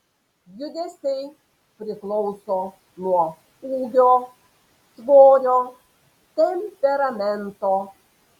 judesiai priklauso nuo ūgio svorio temperamento